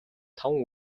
таван